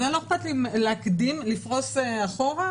אז לא אכפת לי לפרוס אחורה?